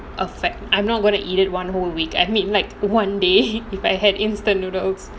affect I'm not going to eat it one whole week at midnight one day if I had instant noodles